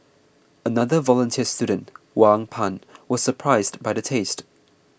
another volunteer student Wang Pan was surprised by the taste